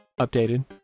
updated